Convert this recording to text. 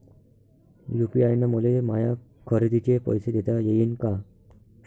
UPI न मले माया खरेदीचे पैसे देता येईन का?